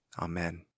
Amen